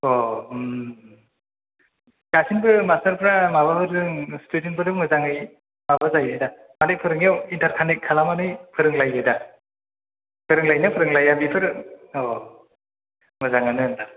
दासिमबो मासथारफ्रा माबाफोरजों सिथुदेन्टफोरजों मोजाङै माबा जायोदा जाहाथे फोरोंनायाव इन्थारखानेक्त खालामनानै फोरों लायो दा फोरों लायो ना फोरों लाया बेफोरो मोजाङानो होमबा